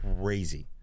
crazy